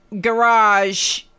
garage